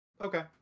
okay